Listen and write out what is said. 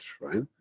right